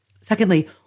Secondly